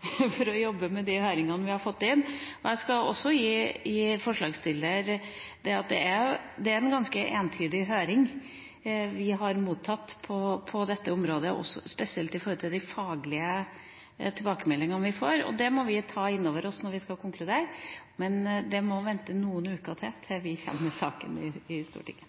for å jobbe med høringssvarene vi har fått inn. Jeg skal også gi forslagsstillerne rett i at det er ganske entydige høringssvar vi har mottatt på dette området, spesielt når det gjelder de faglige tilbakemeldingene. Det må vi ta inn over oss når vi skal konkludere, men det må vente noen uker til – til vi kommer med saken til Stortinget.